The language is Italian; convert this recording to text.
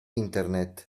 internet